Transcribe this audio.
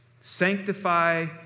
Sanctify